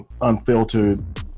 unfiltered